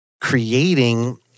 creating